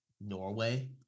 Norway